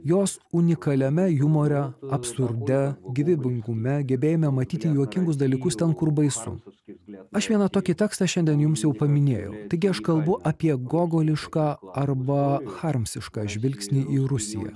jos unikaliame jumore absurde gyvybingume gebėjime matyti juokingus dalykus ten kur baisu aš vieną tokį tekstą šiandien jums jau paminėjau taigi aš kalbu apie gogolišką arba charmsišką žvilgsnį į rusiją